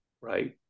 right